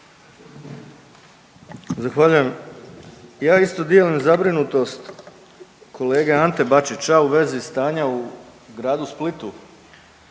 Zahvaljujem. Ja isto dijelim zabrinutost kolege Ante Bačića u vezi stanja u gradu Splitu